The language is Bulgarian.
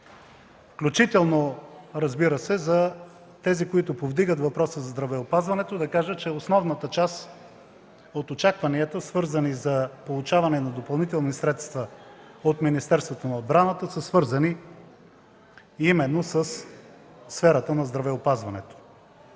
включително, разбира се, за тези, които повдигат въпроса за здравеопазването, да кажа, че основната част от очакванията, свързани с получаване на допълнителни средства от Министерството на отбраната, са свързани именно със сферата на здравеопазването.